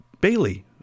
Bailey